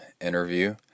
interview